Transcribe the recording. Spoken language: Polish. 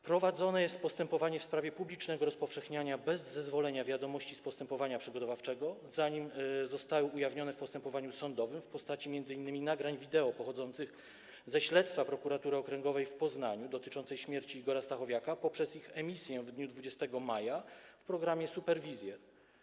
Prowadzone jest postępowanie w sprawie publicznego rozpowszechniania bez zezwolenia wiadomości z postępowania przygotowawczego, zanim zostały ujawnione w postępowaniu sądowym, w postaci m.in. nagrań wideo pochodzących ze śledztwa Prokuratury Okręgowej w Poznaniu dotyczącego śmierci Igora Stachowiaka poprzez ich emisję w dniu 20 maja w programie „Superwizjer”